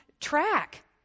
track